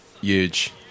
huge